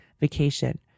vacation